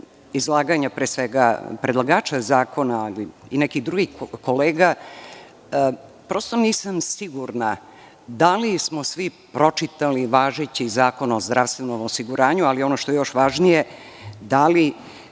izlaganje, pre svega, predlagača zakona, ali i nekih drugih kolega, prosto nisam sigurna da li smo svi pročitali važeći Zakon o zdravstvenom osiguranju, ali ono što je još važnije, da li